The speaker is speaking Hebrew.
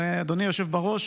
אדוני היושב בראש,